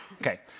Okay